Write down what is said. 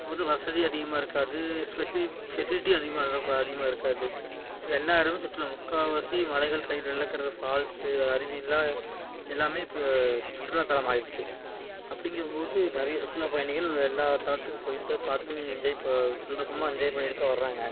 அப்போது வந்து வசதி அதிகமாக இருக்காது ஸ்பெசிஃபிக் ஃபெசிலிட்டி அதிகமாக அது அப்போ அதிகமாக இருக்காது இப்போ எல்லா இடமும் சுற்றுலா முக்கால்வாசி மலைகள் சைடு எல்லாம் இருக்கிற ஃபால்ஸு அருவி எல்லாம் எல்லாமே இப்போ சுற்றுலா தலமாகிட்ச்சி அப்படிங்கும் போது நிறைய சுற்றுலா பயணிகள் எல்லா தலத்துக்கும் போய்விட்டு தான் பார்த்து என்ஜாய் இப்போ வந்து சும்மா என்ஜாய் பண்ணிவிட்டு தான் வர்றாங்க